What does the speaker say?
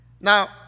Now